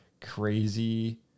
crazy